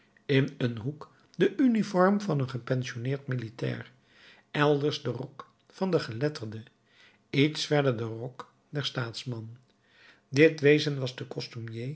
in een hoek de uniform van een gepensionneerd militair elders de rok van den geletterde iets verder de rok van den staatsman dit wezen was de